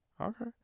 Okay